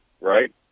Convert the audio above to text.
right